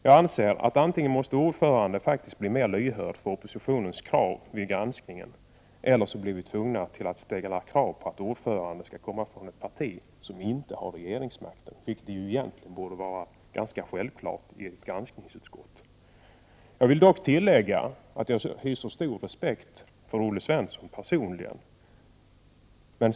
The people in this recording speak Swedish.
Jag anser att ordföranden antingen måste bli mer lyhörd för oppositionens krav vid granskningen eller att vi måste ställa krav på att ordföranden skall komma från ett parti som inte har regeringsmakten. Detta borde egentligen vara ganska självklart i ett granskningsutskott. Jag vill dock tillägga att jag hyser stor respekt för Olle Svensson personligen.